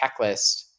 checklist